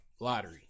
lottery